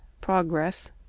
Progress